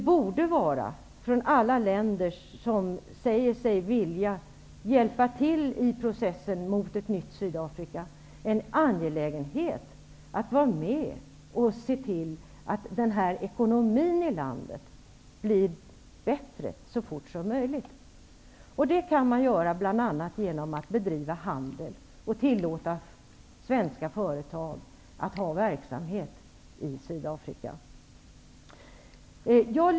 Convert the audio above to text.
För alla länder som säger sig vilja hjälpa till i processen för ett nytt Sydafrika borde det vara angeläget att vara med och se till att landets ekonomi blir bättre så fort som möjligt. Det kan man bl.a. göra genom att bedriva handel och tillåta svenska företag att ha verksamhet i Sydafrika.